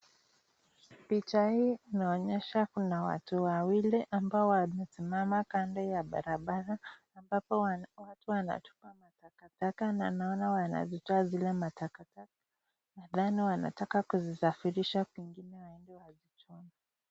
Picha hii inaonyesha kuna watu wawili ambao wanasimama kando ya barabara ambapo watu wanatupa matakataka na naona wanazitoa zile matakataka nadhani wanataka kuzisafirisha kwingine waende wazichome.